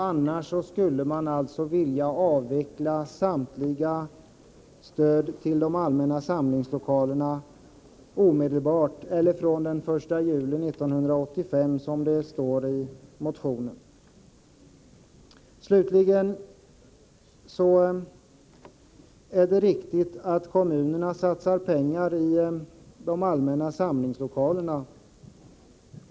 Annars skulle man vilja avveckla allt stöd till allmänna samlingslokaler den 1 juli 1985, som det står i motionen. Slutligen vill jag säga att det är riktigt att kommunerna satsar pengar på de allmänna samlingslokalerna.